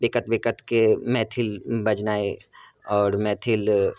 विकत विकतके मैथिल बजनाय आओर मैथिल